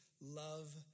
love